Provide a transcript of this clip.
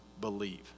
believe